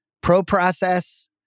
pro-process